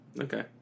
Okay